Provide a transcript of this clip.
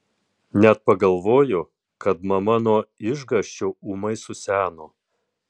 net pagalvojo kad mama nuo išgąsčio ūmai suseno